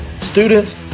students